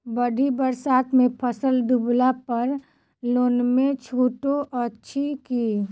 बाढ़ि बरसातमे फसल डुबला पर लोनमे छुटो अछि की